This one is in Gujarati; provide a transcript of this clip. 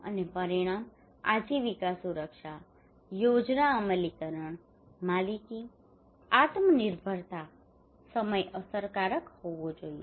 અને પરિણામ આજીવિકા સુરક્ષા યોજના અમલીકરણ માલિકી આત્મનિર્ભરતા સમય અસરકારક હોવો જોઈએ